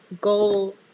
goal